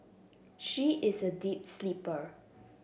she is a deep sleeper